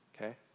okay